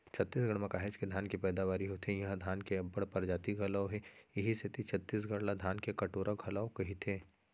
छत्तीसगढ़ म काहेच के धान के पैदावारी होथे इहां धान के अब्बड़ परजाति घलौ हे इहीं सेती छत्तीसगढ़ ला धान के कटोरा घलोक कइथें